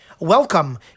Welcome